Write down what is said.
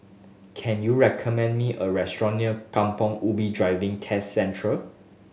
can you recommend me a restaurant near Kampong Ubi Driving Test Centre